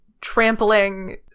trampling